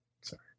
Sorry